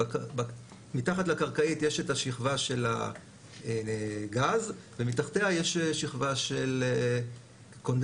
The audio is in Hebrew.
מתחת לקרקעית יש את השכבה של הגז ומתחתיה יש שכבה של קונדנסט,